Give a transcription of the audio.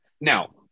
now